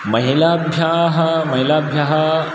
महिलाभ्याः महिलाभ्यः